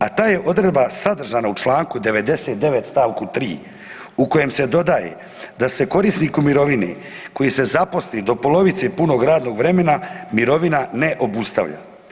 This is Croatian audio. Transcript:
A ta je odredba sadržana u Članku 99. stavku 3. u kojem se dodaje da se korisniku mirovine koji se zaposli do polovice punog radnog vremena mirovina ne obustavlja.